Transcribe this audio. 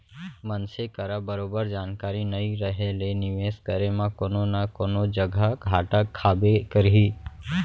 मनसे करा बरोबर जानकारी नइ रहें ले निवेस करे म कोनो न कोनो जघा घाटा खाबे करही